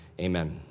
amen